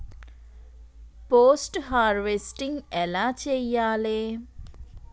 Post harvesting ఎలా చెయ్యాలే?